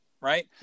Right